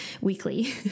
weekly